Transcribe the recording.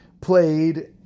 played